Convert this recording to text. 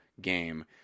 game